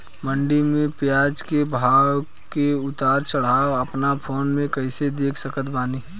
मंडी मे प्याज के भाव के उतार चढ़ाव अपना फोन से कइसे देख सकत बानी?